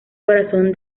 corazón